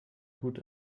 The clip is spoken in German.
gut